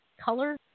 color